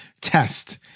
test